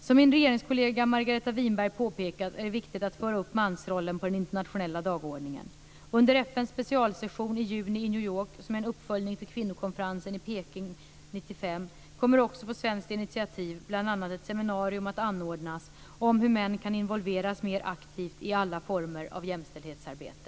Som min regeringskollega Margareta Winberg påpekat är det viktigt att föra upp mansrollen på den internationella dagordningen. Under FN:s specialsession i juni i New York - som är en uppföljning till kvinnokonferensen i Peking 1995 - kommer också på svenskt initiativ bl.a. ett seminarium att anordnas om hur män kan involveras mer aktivt i alla former av jämställdhetsarbete.